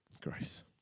Grace